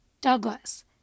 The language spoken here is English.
Douglas